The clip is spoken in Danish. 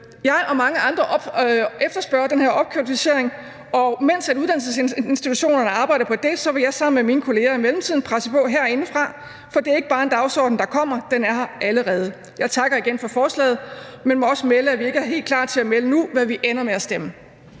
Jeg og mange andre efterspørger den her opkvalificering, og mens uddannelsesinstitutionerne arbejder på det, vil jeg sammen med mine kolleger i mellemtiden presse på herindefra. For det er ikke bare en dagsorden, der kommer. Den er her allerede. Jeg takker igen for forslaget, men må også melde, at vi ikke er helt klar til at sige nu, hvad vi ender med at stemme.